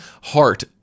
heart